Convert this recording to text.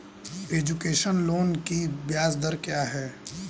Education loan की ब्याज दर क्या है?